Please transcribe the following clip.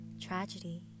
tragedy